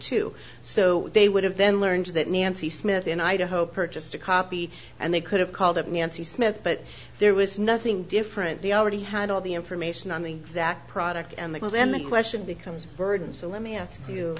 to so they would have then learned that nancy smith in idaho purchased a copy and they could have called it nancy smith but there was nothing different they already had all the information on the exact product and that was then the question becomes burden so let me ask you